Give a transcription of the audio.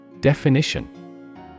Definition